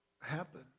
happen